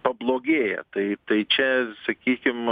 pablogėja tai tai čia sakykim